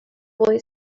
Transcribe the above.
boy